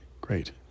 great